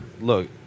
look